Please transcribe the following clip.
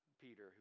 Peter